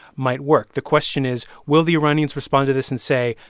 might work. the question is, will the iranians respond to this and say,